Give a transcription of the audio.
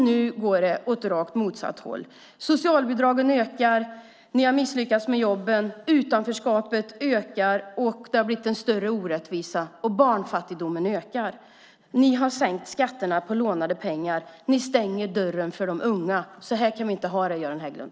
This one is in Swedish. Nu går det åt rakt motsatt håll. Socialbidragen ökar, ni har misslyckats med jobben, utanförskapet ökar, det har blivit en större orättvisa, och barnfattigdomen ökar. Ni har sänkt skatterna på lånade pengar. Ni stänger dörren för de unga. Så här kan vi inte ha det, Göran Hägglund!